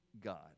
God